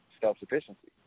self-sufficiency